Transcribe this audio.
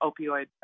opioid